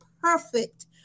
perfect